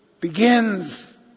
begins